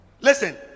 Listen